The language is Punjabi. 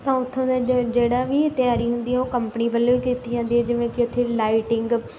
ਤਾਂ ਉੱਥੋਂ ਦੇ ਜ ਜਿਹੜਾ ਵੀ ਤਿਆਰੀ ਹੁੰਦੀ ਹੈ ਉਹ ਕੰਪਨੀ ਵਲੋਂ ਹੀ ਕੀਤੀ ਜਾਂਦੀ ਹੈ ਜਿਵੇਂ ਕਿ ਉੱਥੇ ਲਾਈਟਿੰਗ